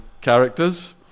characters